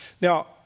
Now